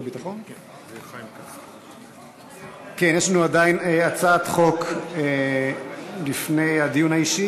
הרחבת המונח מעשה שחיתות), של חבר הכנסת רוזנטל,